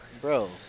Bro